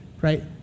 right